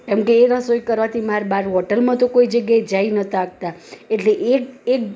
કેમકે એ રસોઈ કરવાથી મારે બહાર હોટલમાં તો કોઈ જગ્યાએ જઈ ન હતા શકતા એટલે એ એક